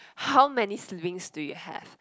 how many siblings do you have